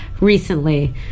recently